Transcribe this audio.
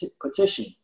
petition